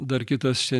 dar kitas čia